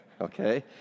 okay